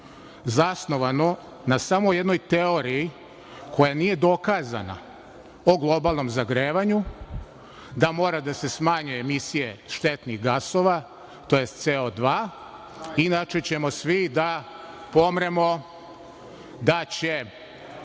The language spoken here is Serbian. zasnovanu na samo jednoj teoriji koja nije dokazana o globalnom zagrevanju, da mora da se smanje emisije štetnih gasova, tj. CO2 inače ćemo svi da pomremo, da će